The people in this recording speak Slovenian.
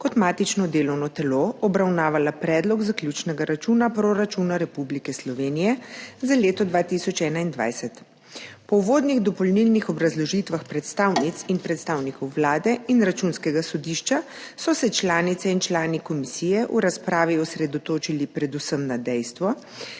kot matično delovno telo obravnavala Predlog zaključnega računa proračuna Republike Slovenije za leto 2021. Po uvodnih dopolnilnih obrazložitvah predstavnic in predstavnikov Vlade in Računskega sodišča so se članice in člani komisije v razpravi osredotočili predvsem na dejstvo,